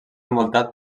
envoltat